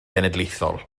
genedlaethol